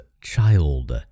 child